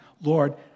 Lord